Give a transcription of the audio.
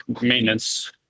maintenance